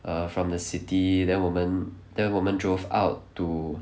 err from the city then 我们 then 我们 drove out to